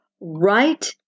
right